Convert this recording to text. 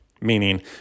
Meaning